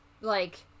like-